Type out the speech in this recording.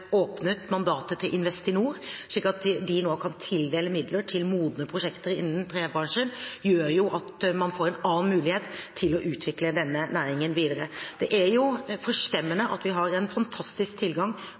åpnet mandatet til Investinor, slik at de nå kan tildele midler til modne prosjekter innen trebransjen. Det gjør at man får en annen mulighet til å utvikle denne næringen videre. Det er jo